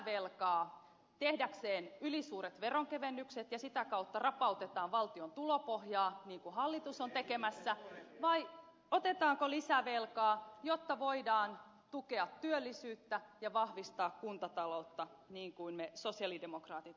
otetaanko lisävelkaa ylisuurten veronkevennysten tekemiseen ja sitä kautta rapautetaan valtion tulopohjaa niin kuin hallitus on tekemässä vai otetaanko lisävelkaa jotta voidaan tukea työllisyyttä ja vahvistaa kuntataloutta niin kuin me sosialidemokraatit olemme esittäneet